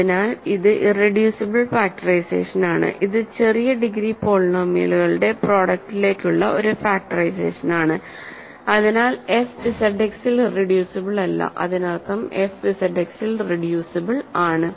അതിനാൽ ഇത് ഇറെഡ്യൂസിബിൾ ഫാക്ടറൈസേഷനാണ് ഇത് ചെറിയ ഡിഗ്രി പോളിനോമിയലുകളുടെ പ്രൊഡക്ടിലേക്കുള്ള ഒരു ഫാക്ടറൈസേഷനാണ് അതിനാൽ എഫ് ഇസഡ് എക്സിൽ ഇറെഡ്യൂസിബിൾ അല്ല അതിനർത്ഥം എഫ് ഇസഡ് എക്സിൽ റെഡ്യൂസിബിൾ ആണ്